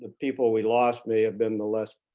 ah people we lost may have been the less